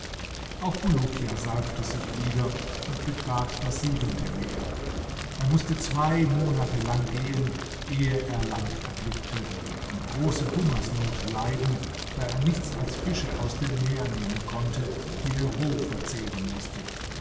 auch bulukia salbte sich wieder und betrat das siebente meer er mußte zwei monate lang gehen ehe er land erblickte und große hungersnot leiden da er nichts als fische aus dem meer nehmen konnte die er roh verzehren mußte